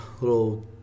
little